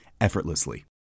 effortlessly